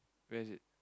where is it